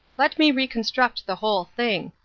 let me reconstruct the whole thing.